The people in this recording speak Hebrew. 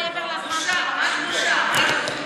בושה, ממש בושה.